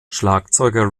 schlagzeuger